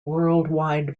worldwide